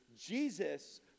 Jesus